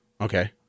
Okay